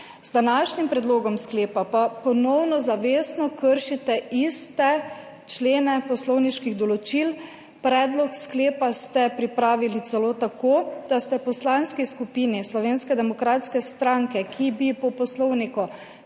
Z današnjim predlogom sklepa pa ponovno zavestno kršite iste člene poslovniških določil. Predlog sklepa ste pripravili celo tako, da ste Poslanski skupini Slovenske demokratske stranke, ki bi ji po poslovniku